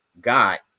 got